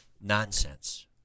nonsense